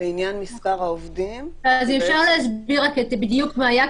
לעניין מספר העובדים --- אז אפשר להסביר בדיוק מה היה,